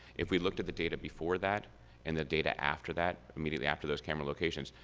if we looked at the data before that and the data after that immediately after those camera locations,